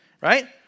Right